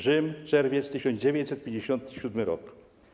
Rzym, czerwiec 1957 r.